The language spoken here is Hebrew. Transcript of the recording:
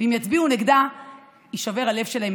ואם יצביעו נגדה יישבר הלב שלהם,